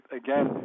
again